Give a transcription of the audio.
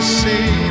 see